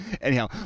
Anyhow